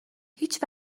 هیچ